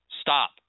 stop